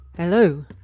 Hello